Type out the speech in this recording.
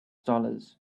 dollars